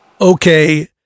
Okay